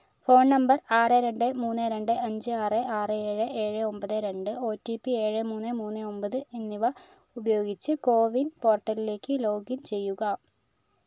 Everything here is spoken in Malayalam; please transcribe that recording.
ഫോൺ നമ്പർ ആറ് രണ്ട് മൂന്ന് രണ്ട് അഞ്ച് ആറ് ആറ് ഏഴ് ഏഴ് ഒൻപത് രണ്ട് ഒടിപി ഏഴ് മൂന്ന് മൂന്ന ഒൻപത് എന്നിവ ഉപയോഗിച്ച് കോവിൻ പോർട്ടലിലേക്ക് ലോഗിൻ ചെയ്യുക